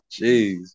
Jeez